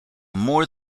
more